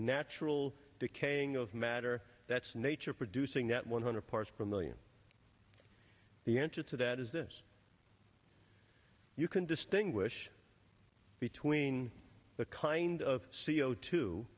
natural decaying of matter that's nature producing that one hundred parts per million the answer to that is this you can distinguish between the kind of c o two